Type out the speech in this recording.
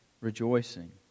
rejoicing